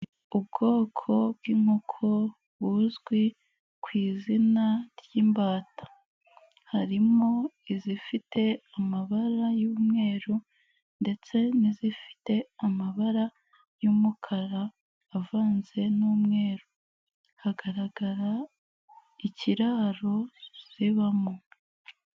Ubwoko bw'inkoko buzwi ku izina ry'imbata, harimo izifite amabara y'umweru, ndetse n'izifite amabara y'umukara avanze n'umweru, hagaragara ikiraro zibamo.